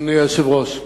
אדוני היושב-ראש,